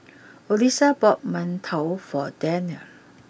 Odessa bought Mantou for Daren